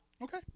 Okay